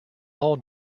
all